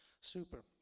super